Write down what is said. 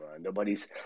nobody's